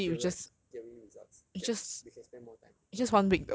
like theoret~ theory results that we can spend more time on prac